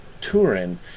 Turin